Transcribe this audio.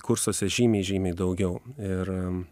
kursuose žymiai žymiai daugiau ir